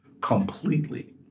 completely